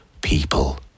people